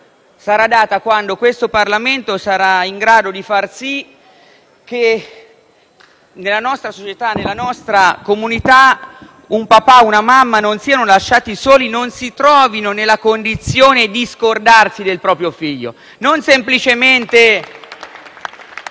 avrà quando questo Parlamento sarà in grado di far sì che nella nostra società, nella nostra comunità, un papà e una mamma non siano lasciati soli, non si trovino nella condizione di scordarsi del proprio figlio *(Applausi